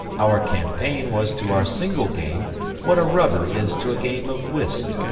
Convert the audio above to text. our campaign was to our single game what a rubber is to a game of whist.